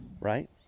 Right